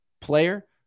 player